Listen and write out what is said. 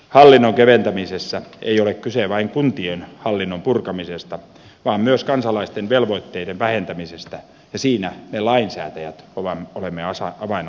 hallinnon keventämisessä ei ole kyse vain kuntien hallinnon purkamisesta vaan myös kansalaisten velvoitteiden vähentämisestä ja siinä me lainsäätäjät olemme avainasemassa